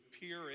peer